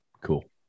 Cool